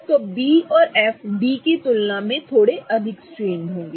तो B और F D की तुलना में थोड़े अधिक स्ट्रेनड होंगे